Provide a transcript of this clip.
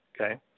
Okay